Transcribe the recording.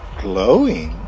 glowing